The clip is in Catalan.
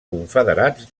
confederats